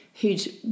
who'd